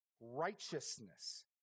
Righteousness